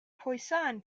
poisson